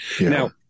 Now